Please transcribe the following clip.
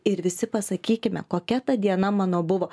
ir visi pasakykime kokia ta diena mano buvo